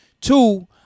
Two